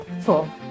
Four